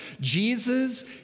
Jesus